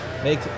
make